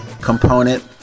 component